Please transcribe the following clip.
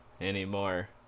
anymore